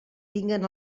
tinguen